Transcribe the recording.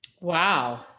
Wow